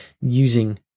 using